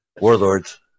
Warlords